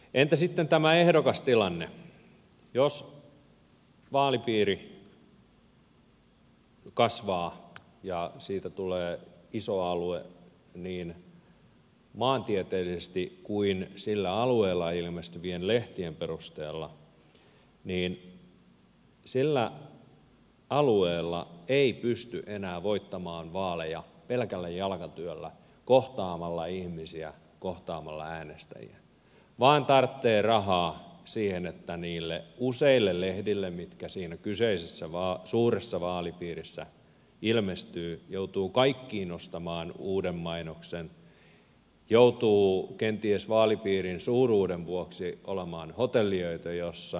entä sitten tämä ehdokastilanne jos vaalipiiri kasvaa ja siitä tulee iso alue niin maantieteellisesti kuin sillä alueella ilmestyvien lehtienkin perusteella niin että sillä alueella ei pysty enää voittamaan vaaleja pelkällä jalkatyöllä kohtaamalla ihmisiä kohtaamalla äänestäjiä vaan tarvitaan rahaa siihen että niihin useihin lehtiin mitkä siinä kyseisessä suuressa vaalipiirissä ilmestyvät joutuu kaikkiin ostamaan uuden mainoksen joutuu kenties vaalipiirin suuruuden vuoksi olemaan hotelliöitä jossain